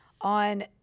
on